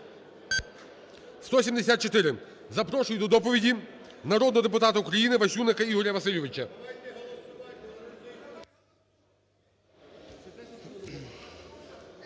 За-174 Запрошую до доповіді народного депутата України Васюника Ігоря Васильовича.